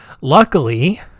luckily